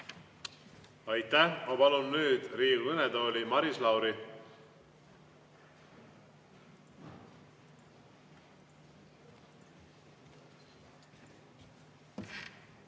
Aitäh! Ma palun nüüd Riigikogu kõnetooli Maris Lauri.